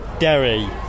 Derry